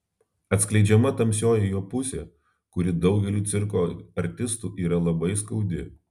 atskleidžiama tamsioji jo pusė kuri daugeliui cirko artistų yra labai skaudi